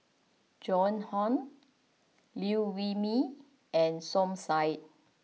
Joan Hon Liew Wee Mee and Som Said